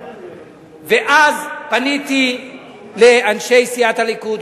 ואז פניתי לאנשי סיעת הליכוד,